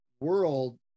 world